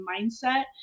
mindset